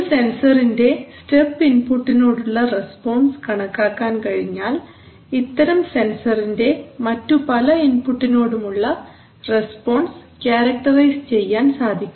ഒരു സെൻസറിന്റെ സ്റ്റെപ് ഇൻപുട്ടിനോടുള്ള റസ്പോൺസ് കണക്കാക്കാൻ കഴിഞ്ഞാൽ ഇത്തരം സെൻസറിന്റെ മറ്റു പല ഇൻപുട്ടിനോടുമുള്ള റസ്പോൺസ് ക്യാരക്ടറൈസ് ചെയ്യാൻ സാധിക്കും